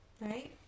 Right